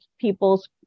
peoples